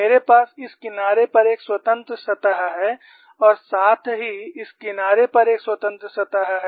मेरे पास इस किनारे पर एक स्वतंत्र सतह है और साथ ही इस किनारे पर एक स्वतंत्र सतह है